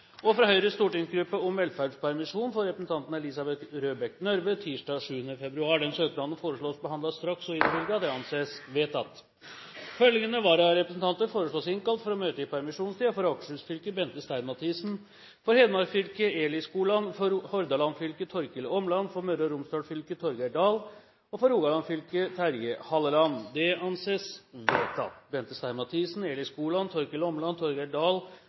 Brussel fra Høyres stortingsgruppe om velferdspermisjon for representanten Elisabeth Røbekk Nørve tirsdag 7. februar Etter forslag fra presidenten ble enstemmig besluttet: Søknadene behandles straks og innvilges. Følgende vararepresentanter innkalles for å møte i permisjonstiden: For Akershus fylke: Bente Stein MathisenFor Hedmark fylke: Eli SkolandFor Hordaland fylke: Torkil ÅmlandFor Møre og Romsdal fylke: Torgeir DahlFor Rogaland fylke: Terje Halleland Bente Stein Mathisen, Eli Skoland, Torkil Åmland, Torgeir